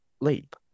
leap